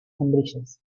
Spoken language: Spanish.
hembrillas